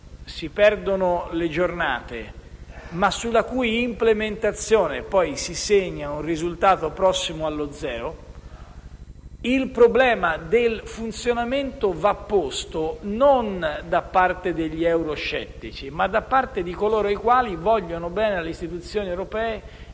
si perdono le giornate, ma sulla cui implementazione poi si segna un risultato prossimo allo zero il problema del funzionamento va posto non da parte degli euroscettici ma da coloro che vogliono bene alle istituzioni europee